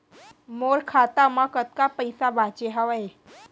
मोर खाता मा कतका पइसा बांचे हवय?